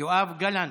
;יואב גלנט,